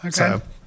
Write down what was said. Okay